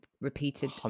repeated